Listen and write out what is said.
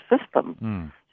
system